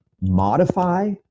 Modify